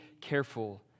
careful